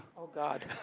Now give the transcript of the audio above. oh god,